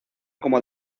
como